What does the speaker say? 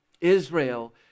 Israel